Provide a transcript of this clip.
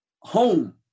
home